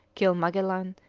kill magellan,